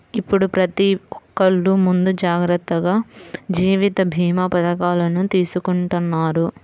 ఇప్పుడు ప్రతి ఒక్కల్లు ముందు జాగర్తగా జీవిత భీమా పథకాలను తీసుకుంటన్నారు